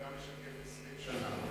הוא משקף עבודה של 20 שנה.